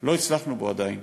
שלא הצלחנו בו עדיין: